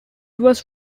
was